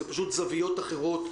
אלו פשוט זוויות אחרות,